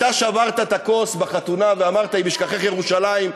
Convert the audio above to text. כשאתה שברת את הכוס בחתונה ואמרת: אם אשכחך ירושלים,